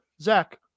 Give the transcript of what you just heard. Zach